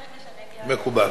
מקובל.